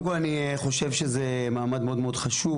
קודם כל אני חושב שזה מעמד מאוד מאוד חשוב.